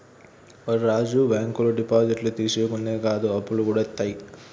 ఒరే రాజూ, బాంకులు డిపాజిట్లు తీసుకునుడే కాదు, అప్పులుగూడ ఇత్తయి